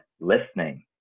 listening